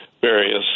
various